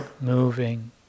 moving